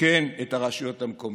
וכן את הרשויות המקומיות.